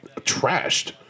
trashed